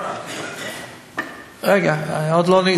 הסיבה?